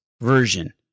version